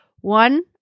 one